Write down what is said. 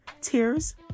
tears